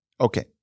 Okay